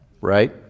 right